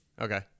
Okay